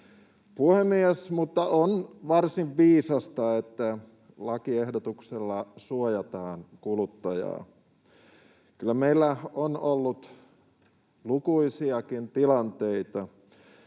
Puhemies! On kuitenkin varsin viisasta, että lakiehdotuksella suojataan kuluttajaa. Kyllä meillä on ollut lukuisiakin tilanteita,